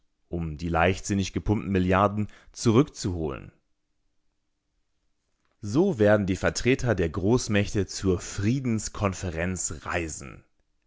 um die leichtsinnig gepumpten milliarden zurückzuholen so werden die vertreter der großmächte zur friedenskonferenz reisen